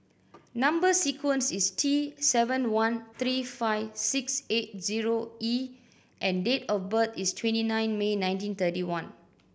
number sequence is T seven one three five six eight zero E and date of birth is twenty nine May nineteen thirty one